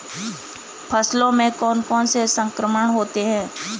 फसलों में कौन कौन से संक्रमण होते हैं?